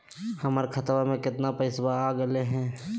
हमर खतवा में कितना पैसवा अगले हई?